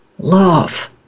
Love